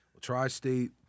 Tri-State